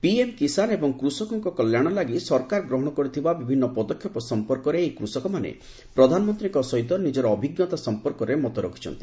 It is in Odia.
ପିଏମ୍ କିଷାନ୍ ଏବଂ କୃଷକଙ୍କ କଲ୍ୟାଣ ଲାଗି ସରକାର ଗ୍ରହଣ କରିଥିବା ବିଭିନ୍ନ ପଦକ୍ଷେପ ସମ୍ପର୍କରେ ଏହି କୃଷକମାନେ ପ୍ରଧାନମନ୍ତ୍ରୀଙ୍କ ସହିତ ନିକ୍କର ଅଭିଜ୍ଞତା ସମ୍ପର୍କରେ ମତ ରଖିଛନ୍ତି